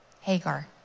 Hagar